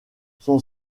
son